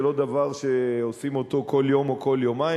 זה לא דבר שעושים אותו כל יום או כל יומיים,